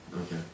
Okay